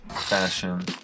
fashion